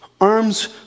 arms